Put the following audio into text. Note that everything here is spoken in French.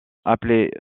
appelée